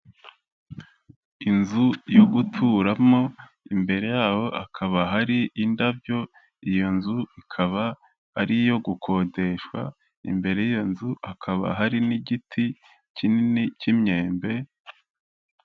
Inzu yo guturamo, imbere yaho hakaba hari indabyo, iyo nzu ikaba ari iyo gukodeshwa, imbere y'iyo nzu hakaba hari n'igiti kinini cy'imyembe.